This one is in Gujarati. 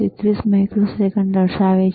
33 માઇક્રોસેકન્ડ્સ દર્શાવે છે